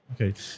Okay